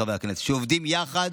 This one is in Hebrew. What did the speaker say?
שעובדים יחד